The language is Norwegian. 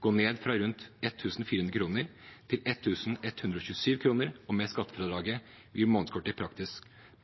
gå ned fra rundt 1 400 kr til 1 127 kr, og med skattefradraget vil månedskortet i